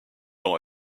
ans